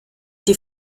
die